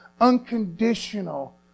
Unconditional